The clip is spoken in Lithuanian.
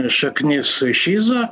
šaknis šizo